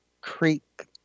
Creek